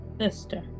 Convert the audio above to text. sister